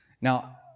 Now